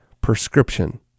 prescription